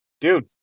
dude